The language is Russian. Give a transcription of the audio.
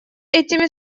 этими